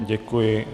Děkuji.